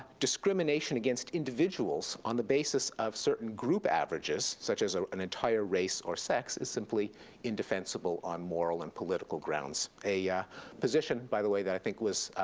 discrimination against individuals on the basis of certain group averages, such as an entire race or sex is simply indefensible on moral and political grounds. a yeah position, by the way, that i think was